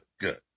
good